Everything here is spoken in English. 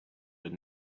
but